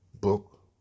book